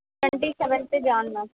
twenty seventh June ma'am